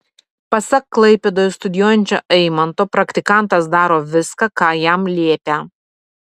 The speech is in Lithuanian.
pasak klaipėdoje studijuojančio eimanto praktikantas daro viską ką jam liepia